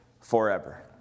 forever